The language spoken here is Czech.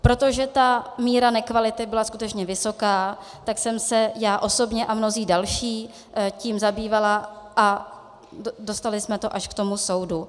Protože míra nekvality byla skutečně vysoká, tak jsme se já osobně a mnozí další tím zabývali a dostali jsme to až k tomu soudu.